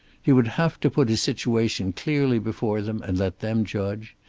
he would have to put his situation clearly before them and let them judge.